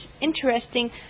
interesting